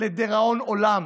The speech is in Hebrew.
לדיראון עולם